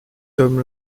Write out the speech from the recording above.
homme